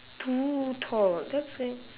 too tall that's like